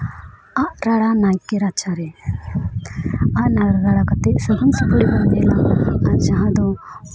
ᱟᱜ ᱨᱟᱲᱟ ᱱᱟᱭᱠᱮ ᱨᱟᱪᱟᱨᱮ ᱟᱜ ᱨᱟᱲᱟ ᱠᱟᱛᱮᱫ ᱥᱟᱹᱦᱩᱱ ᱥᱤᱠᱲᱤ ᱵᱚᱱ ᱧᱮᱞᱟ ᱟᱨ ᱡᱟᱦᱟᱸ ᱫᱚ